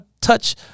touch